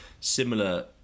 similar